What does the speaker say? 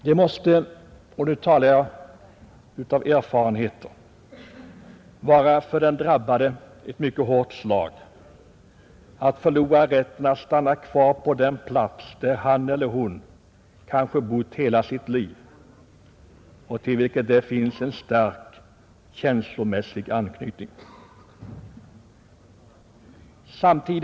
Det måste — och nu talar jag av erfarenhet — vara för den drabbade ett mycket hårt slag att förlora rätten att stanna kvar på den plats där han eller hon kanske bott hela sitt liv och till vilken vederbörande har en stark känslomässig anknytning.